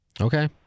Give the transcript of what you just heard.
Okay